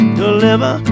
deliver